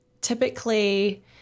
typically